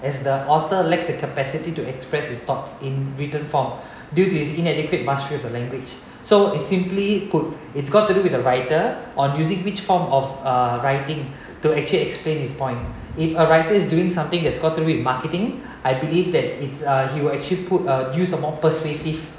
as the author lacks the capacity to express his thoughts in written form due to his inadequate mastery of the language so it's simply put it's got to do with the writer on using which form of uh writing to actually explain his point if a writer is doing something that's got to do with marketing I believe that it's uh he will actually put uh use a more persuasive